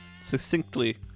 succinctly